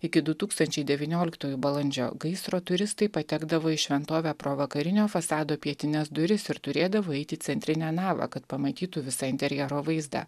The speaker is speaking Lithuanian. iki du tūkstančiai devynioliktųjų balandžio gaisro turistai patekdavo į šventovę pro vakarinio fasado pietines duris ir turėdavo eiti į centrinę navą kad pamatytų visą interjero vaizdą